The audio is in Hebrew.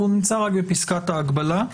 והוא נמצא רק בפסקת ההגבלה.